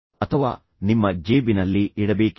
ಅಥವಾ ನಿಮ್ಮ ಜೇಬಿನಲ್ಲಿ ಇಡಬೇಕೇ